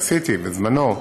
עשיתי בזמנו.